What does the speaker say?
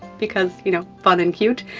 because you know, fun and cute,